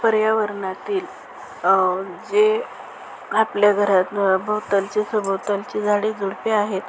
पर्यावरणातील जे आपल्या घरात भोवतालचे सभोवतालचे झाडे झुडपे आहेत